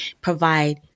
provide